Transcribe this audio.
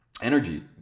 energy